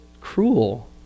cruel